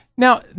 Now